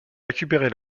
récupérer